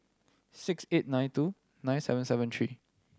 six eight nine two nine seven seven three